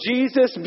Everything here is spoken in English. Jesus